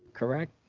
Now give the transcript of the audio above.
correct?